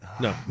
No